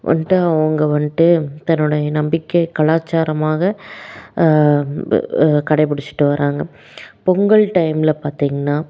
வந்துட்டு அவங்க வந்துட்டு தன்னுடைய நம்பிக்கை கலாச்சாரமாக கடைப்பிடிச்சுட்டு வார்றாங்க பொங்கல் டைமில் பார்த்தீங்கன்னா